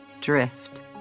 drift